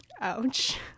Ouch